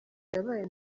yabaye